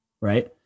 Right